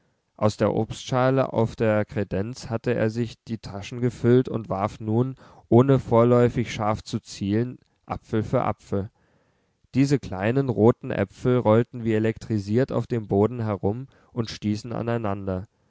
aus der obstschale auf der kredenz hatte er sich die taschen gefüllt und warf nun ohne vorläufig scharf zu zielen apfel für apfel diese kleinen roten äpfel rollten wie elektrisiert auf dem boden herum und stießen aneinander